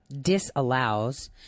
disallows